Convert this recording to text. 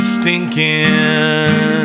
stinking